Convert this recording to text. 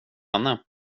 henne